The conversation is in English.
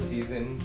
Season